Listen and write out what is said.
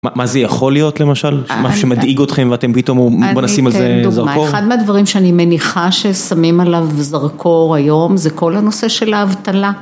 מה זה יכול להיות למשל, מה שמדאיג אתכם ואתם פתאום, בא נשים על זה זרקור? אני אתן דוגמה, אחד מהדברים שאני מניחה ששמים עליו זרקור היום זה כל הנושא של האבטלה.